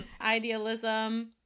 idealism